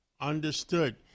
Understood